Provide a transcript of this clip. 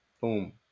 Boom